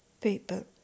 people